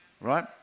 right